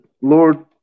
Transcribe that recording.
Lord